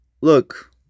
look